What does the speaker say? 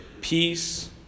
Peace